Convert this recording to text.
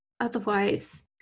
Otherwise